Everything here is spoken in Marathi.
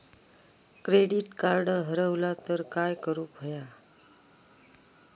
क्रेडिट कार्ड हरवला तर काय करुक होया?